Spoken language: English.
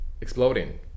exploding